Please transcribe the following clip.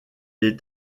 est